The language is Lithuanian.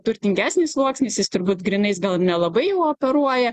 turtingesnis sluoksnis jis turbūt grynais gal ir nelabai jau operuoja